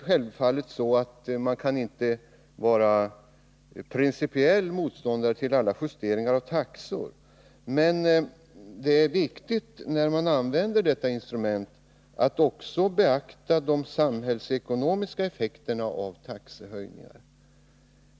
Självfallet kan man inte vara principiell motståndare till alla justeringar av taxor, men när man använder detta instrument är det viktigt att också beakta de samhällsekonomiska effekterna av taxehöjningarna.